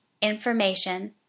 information